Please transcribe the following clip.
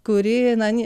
kuri nani